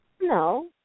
No